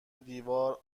دیوار